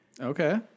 Okay